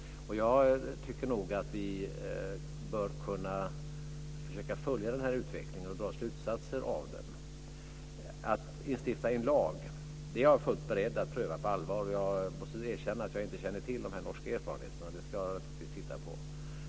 Jag tycker nog att vi bör kunna följa den utvecklingen och dra slutsatser av den. Att instifta en lag är jag fullt beredd att pröva på allvar. Jag måste erkänna att jag inte känner till de norska erfarenheterna. De ska jag naturligtvis titta på.